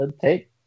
take